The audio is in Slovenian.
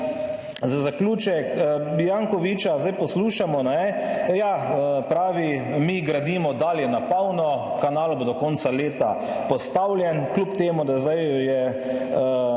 za zaključek bi Jankovića, zdaj poslušamo, ja, pravi, mi gradimo dalje na polno, kanal bo do konca leta postavljen kljub temu, da zdaj je